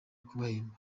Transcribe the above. kubahemba